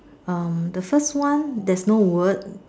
um the first one there's no word